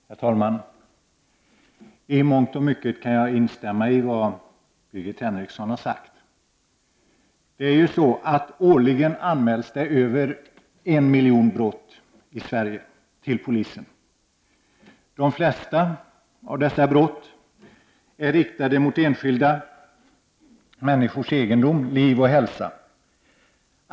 Herr talman! I mångt och mycket kan jag instämma i vad Birgit Henriksson har sagt. Årligen anmäls över 1 miljon brott i Sverige till polisen. De flesta av dessa brott är riktade mot enskilda människors egendom, liv och hälsa.